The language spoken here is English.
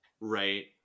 Right